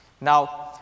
Now